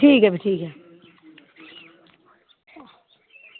ठीक ऐ भी ठीक ऐ